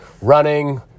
running